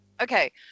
okay